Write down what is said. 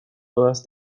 todas